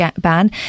ban